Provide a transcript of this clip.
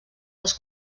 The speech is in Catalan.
les